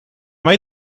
made